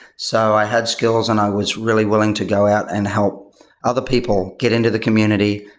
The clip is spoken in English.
so i had skills and i was really willing to go out and help other people get into the community,